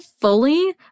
fully